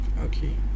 Okay